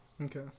okay